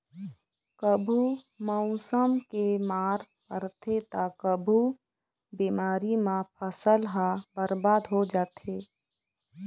कभू मउसम के मार परथे त कभू बेमारी म फसल ह बरबाद हो जाथे